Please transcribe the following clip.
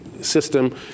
system